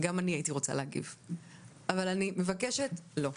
גם אני הייתי רוצה להגיב אבל אני מבקשת לא,